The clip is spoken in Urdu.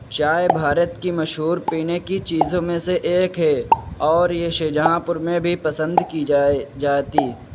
چائے بھارت کی مشہور پینے کی چیزوں میں سے ایک ہے اور یہ شاہجہاں پور میں بھی پسند کی جائے جاتی